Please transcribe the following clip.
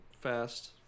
fast